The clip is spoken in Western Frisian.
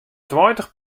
tweintich